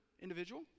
individual